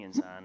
on